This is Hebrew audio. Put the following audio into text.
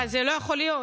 אבל זה לא יכול להיות.